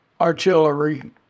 artillery